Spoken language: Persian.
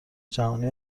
جهانی